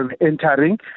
entering